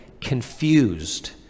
confused